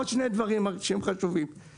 עוד שני דברים שהם חשובים,